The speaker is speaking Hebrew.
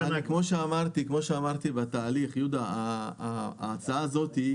יהודה, כמו שאמרתי בתהליך ההצעה הזאת היא